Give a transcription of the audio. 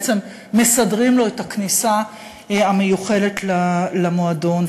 בעצם מסדרים לו את הכניסה המיוחלת למועדון.